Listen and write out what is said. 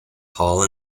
hall